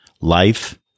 Life